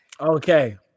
Okay